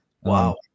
Wow